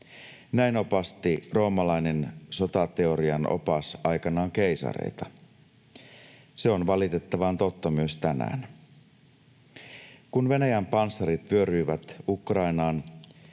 näin opasti roomalainen sotateorian opas aikanaan keisareita. Se on valitettavan totta myös tänään. Kun Venäjän panssarit vyöryivät Ukrainaan,